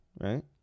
right